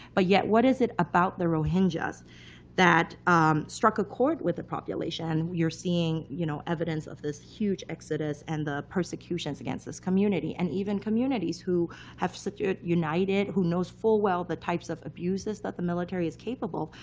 but yet what is it about the rohingyas that struck a chord with the population? and you're seeing you know evidence of this huge exodus and the persecutions against this community. and even communities who have united, who knows full well the types of abuses that the military is capable,